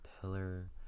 pillar